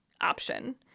option